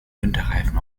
winterreifen